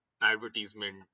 advertisement